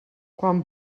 quan